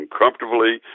comfortably